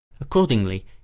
Accordingly